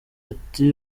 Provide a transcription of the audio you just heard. ati